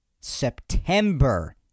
September